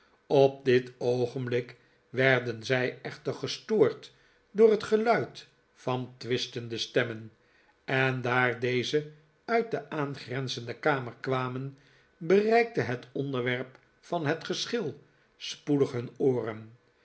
op dit oogenblik werden zij echter gestoord door het geluid van twistende stemmen en daar deze uit de aangrenzende kamer kwamen bereikte het onderwerp van het geschil spoedig hun ooren